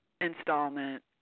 installment